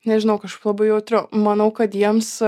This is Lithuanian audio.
nežinau kažkaip labai jautriau manau kad jiems